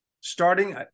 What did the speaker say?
starting